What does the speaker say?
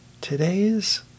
Today's